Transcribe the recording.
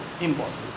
Impossible